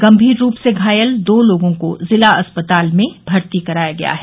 गम्भीर रूप से घायल दो लोगों को जिला अस्पताल में भर्ती कराया गया है